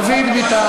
חבר הכנסת דוד ביטן,